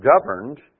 governed